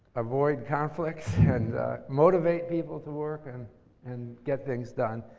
avoid conflicts and motivate people to work and and get things done.